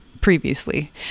previously